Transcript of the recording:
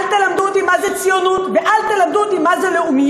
אל תלמדו אותי מה זה ציונות ואל תלמדו אותי מה זה לאומיות.